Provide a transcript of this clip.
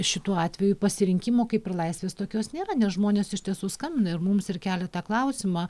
šituo atveju pasirinkimo kaip ir laisvės tokios nėra nes žmonės iš tiesų skambina ir mums ir kelia tą klausimą